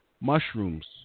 mushrooms